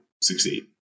succeed